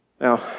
Now